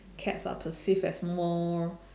cats are perceived as more